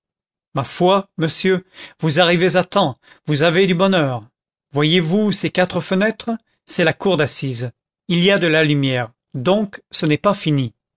ma foi monsieur vous arrivez à temps vous avez du bonheur voyez-vous ces quatre fenêtres c'est la cour d'assises il y a de la lumière donc ce n'est pas fini